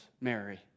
Mary